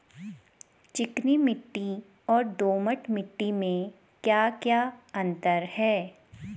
चिकनी मिट्टी और दोमट मिट्टी में क्या क्या अंतर है?